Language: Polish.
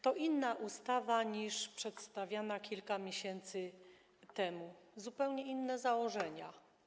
To inna ustawa niż przedstawiana kilka miesięcy temu, zupełnie inne założenia.